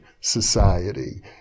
Society